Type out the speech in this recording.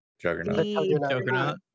Juggernaut